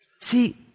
See